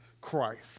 Christ